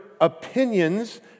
opinions